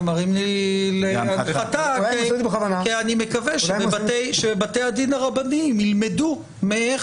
אתה מרים לי להנחתה כי אני מקווה שבבתי הדין הרבניים ילמדו מאיך